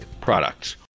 Products